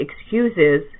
excuses